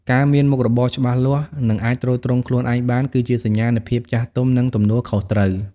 ការមានមុខរបរច្បាស់លាស់ និងអាចទ្រទ្រង់ខ្លួនឯងបាន គឺជាសញ្ញានៃភាពចាស់ទុំ និងទំនួលខុសត្រូវ។